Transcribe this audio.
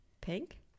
Pink